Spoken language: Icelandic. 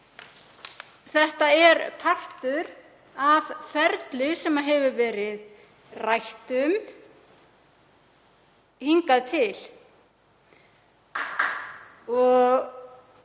þetta er partur af ferli sem rætt hefur verið um hingað til.